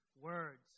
words